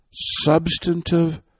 Substantive